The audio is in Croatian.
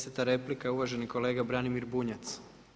10. replika uvaženi kolega Branimir Bunjac.